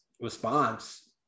response